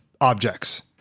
objects